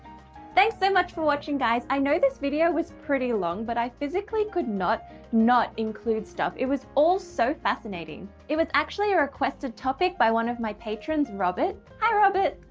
thanks so much for watching guys! i know this video was pretty long but i physically could not not include stuff it was all so fascinating. it was actually a requested topic by one of my patrons robert, hi robert!